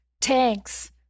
tanks